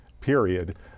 period